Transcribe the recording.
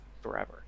forever